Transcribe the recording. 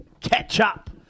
catch-up